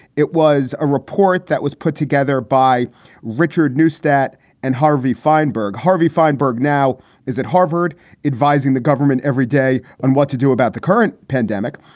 it was a report that was put together by richard newsthat and harvey fineberg. harvey fineberg now is at harvard advising the government every day on what to do about the current pandemic.